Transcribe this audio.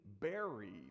buried